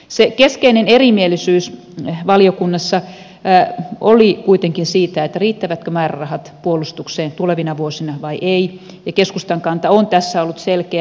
se keskeinen erimielisyys valiokunnassa oli kuitenkin siitä riittävätkö määrärahat puolustukseen tulevina vuosina vai eivät ja keskustan kanta on tässä ollut selkeä